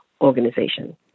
Organization